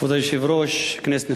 כבוד היושב-ראש, כנסת נכבדה,